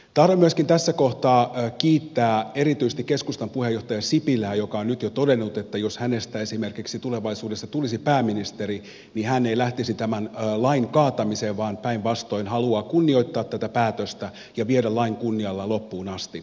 tahdon myöskin tässä kohtaa kiittää erityisesti keskustan puheenjohtaja sipilää joka on nyt jo todennut että jos hänestä esimerkiksi tulevaisuudessa tulisi pääministeri niin hän ei lähtisi tämän lain kaatamiseen vaan päinvastoin haluaa kunnioittaa tätä päätöstä ja viedä lain kunnialla loppuun asti